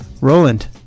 Roland